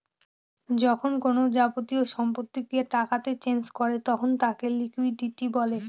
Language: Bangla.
যখন কোনো যাবতীয় সম্পত্তিকে টাকাতে চেঞ করে তখন তাকে লিকুইডিটি বলে